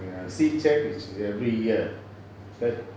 sit check is every year that